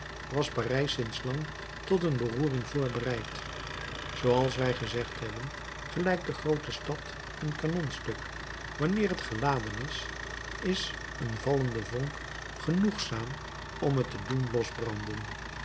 was parijs sinds lang tot een beroering voorbereid zooals wij gezegd hebben gelijkt de groote stad een kanonstuk wanneer het geladen is is een vallende vonk genoegzaam om het te doen losbranden